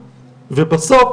ובסוף,